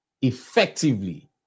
effectively